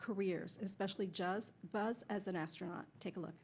careers especially just buzz as an astronaut take a look